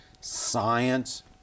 science